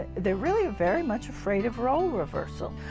they're really very much afraid of role reversal.